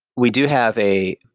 we do have a,